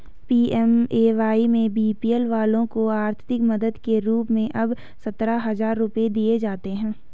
PMAY में BPL वालों को आर्थिक मदद के रूप में अब सत्तर हजार रुपये दिए जाते हैं